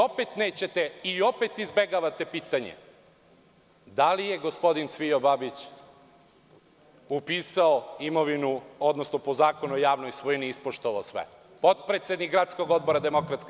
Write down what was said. Opet izbegavate pitanje – da li je gospodin Cvijo Babić upisao imovinu, odnosno po Zakonu o javnoj svojini ispoštovao sve, potpredsednik gradskog odbora DS?